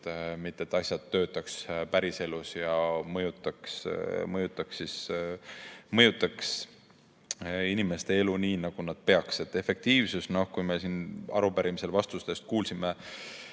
et asjad töötaks päriselus ja mõjutaks inimeste elu nii, nagu peaks. Efektiivsus – me siin arupärimise vastustest kuulsime,